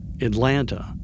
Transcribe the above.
Atlanta